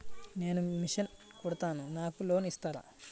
నేను మిషన్ కుడతాను నాకు లోన్ ఇస్తారా?